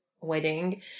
wedding